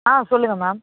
ஆ சொல்லுங்கள் மேம்